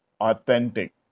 authentic